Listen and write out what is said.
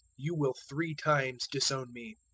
you will three times disown me.